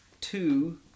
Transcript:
two